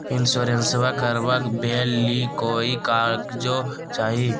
इंसोरेंसबा करबा बे ली कोई कागजों चाही?